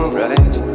right